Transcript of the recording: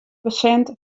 persint